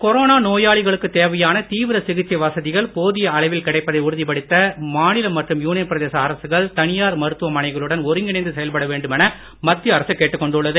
corona நோயாளிகளுக்குத் தேவையான தீவிர சிகிச்சை வசதிகள் போதிய அளவில் கிடைப்பதை உறுதிப்படுத்த மாநில மற்றும் யூனியன் பிரதேச அரசுகள் தனியார் மருத்துவமனைகளுடன் ஒருங்கிணைந்து செயல்பட வேண்டுமென மத்திய அரசு கேட்டுக் கொண்டுள்ளது